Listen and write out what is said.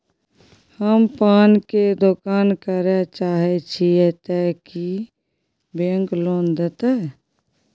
हम पान के दुकान करे चाहे छिये ते की बैंक लोन देतै?